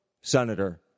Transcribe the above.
Senator